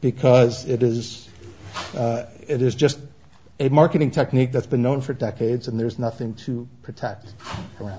because it is it is just a marketing technique that's been known for decades and there's nothing to protect and